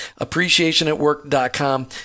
Appreciationatwork.com